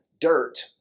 dirt